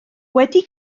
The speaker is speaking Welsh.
wedi